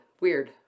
weird